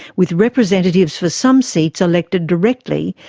with representatives for some seats elected directly,